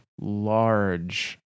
large